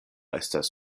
estas